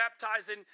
baptizing